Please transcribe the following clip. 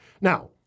Now